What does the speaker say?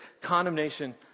Condemnation